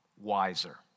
wiser